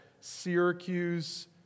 Syracuse